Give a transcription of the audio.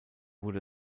wurde